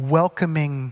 welcoming